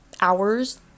hours